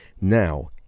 Now